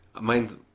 mine's